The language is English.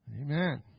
Amen